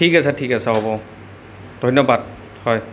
ঠিক আছে ঠিক আছে হ'ব ধন্যবাদ হয়